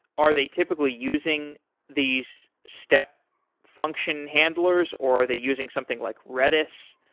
are they typically using these step function handlers, or are they using something like redis?